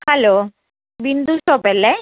hello Vindu shop അല്ലേ